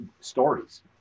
stories